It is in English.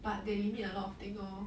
but they limit a lot of thing lor